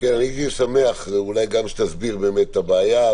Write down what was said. הייתי שמח אולי גם שתסביר את הבעיה,